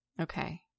Okay